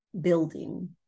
building